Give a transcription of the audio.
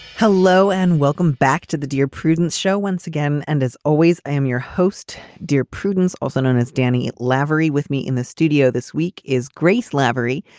hello and welcome back to the dear prudence show once again. and as always, i'm your host, dear prudence, also known as danny lavallee. with me in the studio this week is grace laborie,